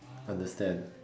understand